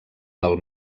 del